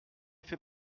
fait